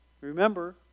Remember